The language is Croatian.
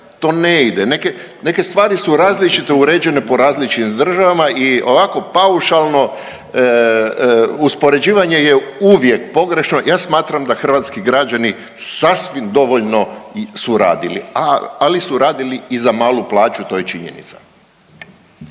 neke, neke stvari su različito uređene po različitim državama i ovako paušalno uspoređivanje je uvijek pogrešno. Ja smatram da hrvatski građani sasvim dovoljno su radili, ali su radili i za malu plaću, to je činjenica.